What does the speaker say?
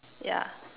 yeah